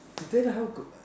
then how could